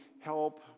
Help